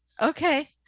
Okay